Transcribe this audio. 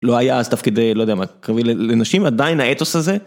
לא היה אז תפקיד, לא יודע מה, קרבי לנשים עדיין האתוס הזה.